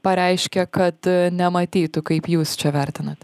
pareiškė kad nematytų kaip jūs čia vertinat